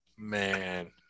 Man